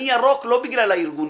אני ירוק לא בגלל הארגונים.